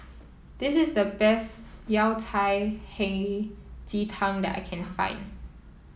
this is the best Yao Cai Hei Ji Tang that I can find